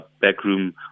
backroom